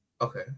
Okay